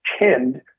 tend